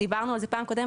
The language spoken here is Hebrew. דיברנו על כך בפעם הקודמת,